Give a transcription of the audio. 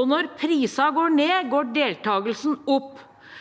Og når prisene går ned, går deltakelsen opp.